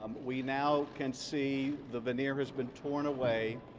we now can see the veneer has been torn away,